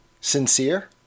sincere